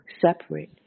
separate